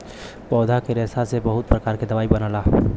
पौधा क रेशा से बहुत प्रकार क दवाई बनला